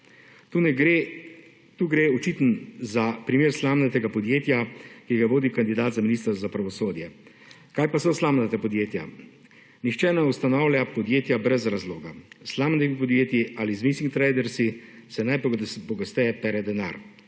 Tukaj gre očitno za primer slamnatega podjetja, ki ga vodi kandidat za ministra za pravosodje. Kaj pa so slamnata podjetja? Nihče ne ustanavlja podjetja brez razloga slamnatih podjetji ali z / nerazumljivo/ se najpogosteje pere denar,